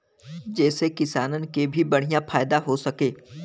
जेसे किसानन के भी बढ़िया फायदा हो सके